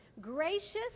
gracious